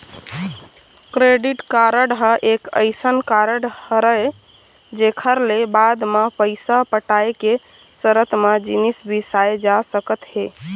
credit card ह एक अइसन कारड हरय जेखर ले बाद म पइसा पटाय के सरत म जिनिस बिसाए जा सकत हे